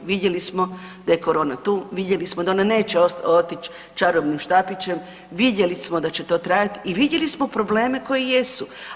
Vidjeli smo da je korona tu, vidjeli smo da ona neće otić čarobnim štapićem, vidjeli smo da će to trajat i vidjeli smo probleme koji jesu.